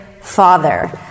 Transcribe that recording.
father